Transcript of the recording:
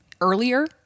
earlier